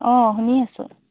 অঁ শুনি আছোঁ